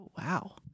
Wow